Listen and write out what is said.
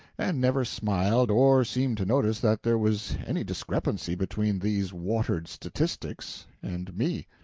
and never smiled or seemed to notice that there was any discrepancy between these watered statistics and me.